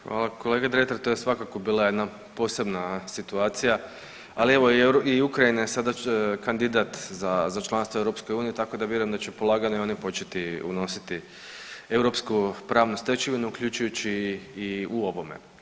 Hvala kolega Dretar, to je svakako bila jedna posebna situacija, ali evo i Ukrajina je sada kandidat za članstvo u EU tako da vjerujem da će polagano i oni početi unositi europsku pravnu stečevinu, uključujući i u ovome.